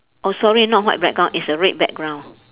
oh sorry not white background is a red background